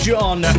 John